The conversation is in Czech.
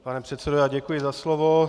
Pane předsedo, já děkuji za slovo.